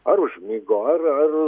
ar užmigo ar ar